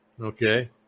okay